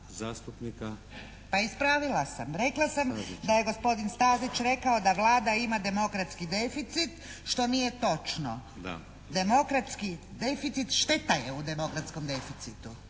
Pa ispravila sam. Rekla sam da je gospodin Stazić rekao da Vlada ima demokratski deficit što nije točno. Demokratski deficit šteta je u demokratskom deficitu.